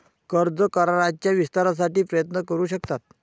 कर्ज कराराच्या विस्तारासाठी प्रयत्न करू शकतात